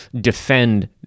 defend